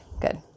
good